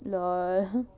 LOL